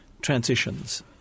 Transitions